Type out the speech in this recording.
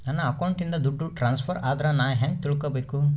ನನ್ನ ಅಕೌಂಟಿಂದ ದುಡ್ಡು ಟ್ರಾನ್ಸ್ಫರ್ ಆದ್ರ ನಾನು ಹೆಂಗ ತಿಳಕಬೇಕು?